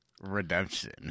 Redemption